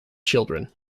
children